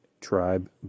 tribe